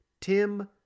Tim